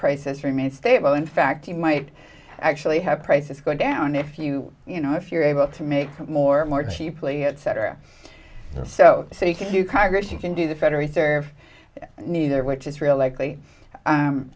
prices remain stable in fact you might actually have prices going down if you you know if you're able to make more and more cheaply etc so you can you congress you can do the federal reserve neither which is real likely